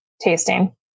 tasting